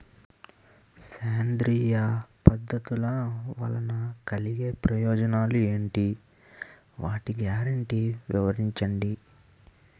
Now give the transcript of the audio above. సేంద్రీయ పద్ధతుల వలన కలిగే ప్రయోజనాలు ఎంటి? వాటి గ్యారంటీ వివరించండి?